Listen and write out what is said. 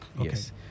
Yes